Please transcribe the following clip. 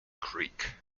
creek